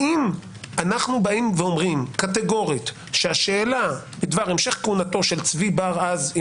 האם אנחנו אומרים קטגורית שהשאלה בדבר המשך כהונתו של צבי בר אז,.